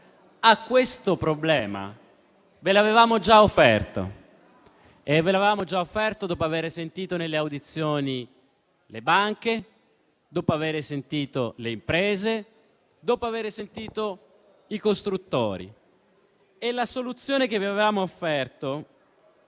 di maggioranza. E ve l'avevamo già offerta dopo avere sentito in audizione le banche, le imprese e i costruttori. La soluzione che vi avevamo offerto